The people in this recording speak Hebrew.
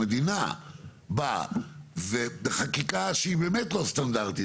אם המדינה באה ובחקיקה שהיא באמת לא סטנדרטית,